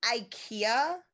Ikea